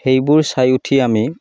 সেইবোৰ চাই উঠিয়ে আমি